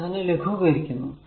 ഞാൻ അതിനെ ലഘൂകരിക്കുന്നു